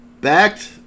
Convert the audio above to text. backed